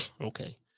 okay